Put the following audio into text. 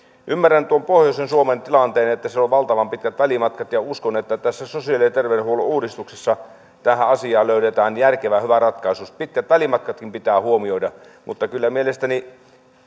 ymmärrän tuon pohjoisen suomen tilanteen että siellä on valtavan pitkät välimatkat ja uskon että tässä sosiaali ja terveydenhuollon uudistuksessa tähän asiaan löydetään järkevä hyvä ratkaisu siis pitkät välimatkatkin pitää huomioida mutta kyllä mielestäni